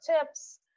tips